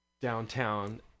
downtown